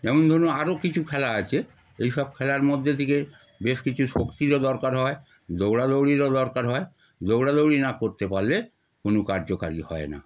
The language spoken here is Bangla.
যেমন ধরুন আরও কিছু খেলা আছে এইসব খেলার মধ্যে থেকে বেশ কিছু শক্তিরও দরকার হয় দৌড়াদৌড়িরও দরকার হয় দৌড়াদৌড়ি না করতে পারলে কোনো কার্যকরী হয় না